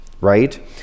right